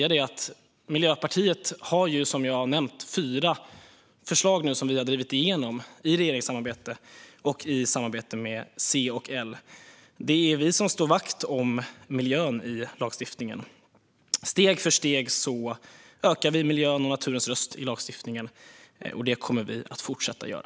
Miljöpartiet har som sagt drivit igenom fyra förslag i regeringssamarbetet och samarbetet med C och L. Det är vi som slår vakt om miljön i lagstiftningen. Steg för steg ökar vi miljöns och naturens röst i lagstiftningen. Och det kommer vi att fortsätta göra.